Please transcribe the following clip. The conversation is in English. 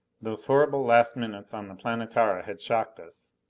those horrible last minutes on the planetara had shocked us,